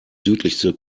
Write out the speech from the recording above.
südlichste